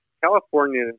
California